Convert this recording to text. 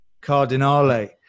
Cardinale